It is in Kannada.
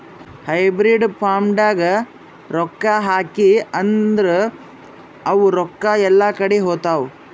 ಹೈಬ್ರಿಡ್ ಫಂಡ್ನಾಗ್ ರೊಕ್ಕಾ ಹಾಕಿ ಅಂದುರ್ ಅವು ರೊಕ್ಕಾ ಎಲ್ಲಾ ಕಡಿ ಹೋತ್ತಾವ್